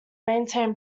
maintained